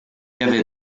avait